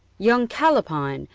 young callapine,